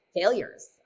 failures